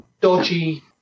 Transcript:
dodgy